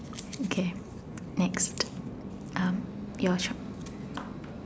okay next um your choice